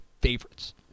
favorites